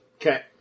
Okay